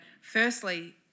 firstly